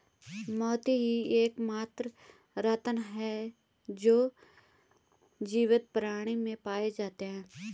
मोती ही एकमात्र रत्न है जो जीवित प्राणियों में पाए जाते है